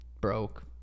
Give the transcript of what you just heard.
broke